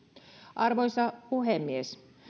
arvoisa puhemies